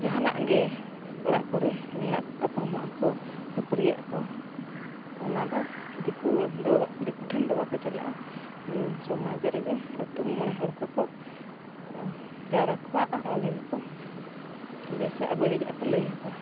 ᱡᱟᱦᱟᱱᱟᱜ ᱜᱮ ᱚᱲᱟᱜ ᱠᱚᱨᱮ ᱱᱮᱭᱟᱣ ᱛᱟᱯᱟᱢᱚᱜᱼᱟ ᱠᱚ ᱠᱷᱟᱹᱯᱟᱹᱨᱤᱭᱟᱹ ᱠᱚ ᱚᱱᱟ ᱫᱚ ᱫᱤᱠᱩ ᱫᱚ ᱫᱤᱠᱩ ᱴᱷᱮᱱ ᱫᱚ ᱵᱟᱠᱚ ᱪᱟᱞᱟᱜᱼᱟ ᱥᱚᱢᱟᱡᱽ ᱨᱮᱜᱮ ᱟᱛᱳ ᱢᱚᱬᱮ ᱦᱚᱲ ᱠᱚᱠᱚ ᱡᱟᱣᱨᱟ ᱠᱚᱣᱟ ᱟᱨ ᱚᱸᱰᱮ ᱜᱮᱠᱚ ᱵᱮᱥᱚᱜᱼᱟ ᱵᱟᱹᱲᱤᱡᱟᱜ ᱠᱚ ᱞᱟᱹᱭᱟᱠᱚᱣᱟ